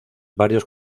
varios